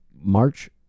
March